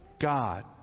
God